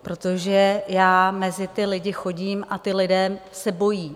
Protože já mezi ty lidi chodím a ti lidé se bojí.